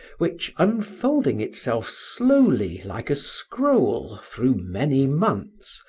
which, unfolding itself slowly like a scroll through many months,